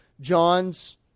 John's